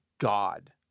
God